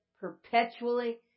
perpetually